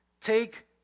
take